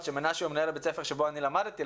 שמנשה הוא מנהל בית הספר שבו אני למדתי,